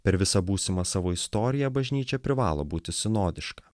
per visą būsimą savo istoriją bažnyčia privalo būti sinodiška